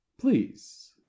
please